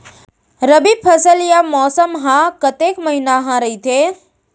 रबि फसल या मौसम हा कतेक महिना हा रहिथे?